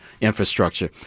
infrastructure